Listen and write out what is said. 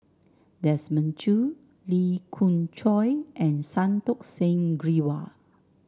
Desmond Choo Lee Khoon Choy and Santokh Singh Grewal